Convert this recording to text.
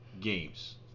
games